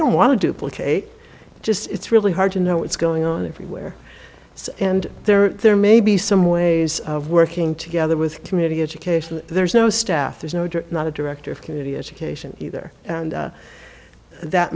don't want to duplicate just it's really hard to know what's going on everywhere and there are there may be some ways of working together with community education there's no staff there's no direct not a director of community education either and that